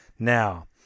Now